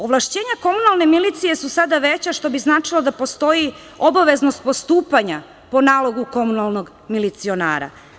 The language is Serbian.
Ovlašćenja komunalne milicije su sada veća što bi značilo da postoji obaveznost postupanja po nalogu komunalnog milicionara.